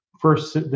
FIRST